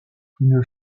une